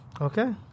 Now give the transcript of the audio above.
Okay